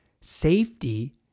safety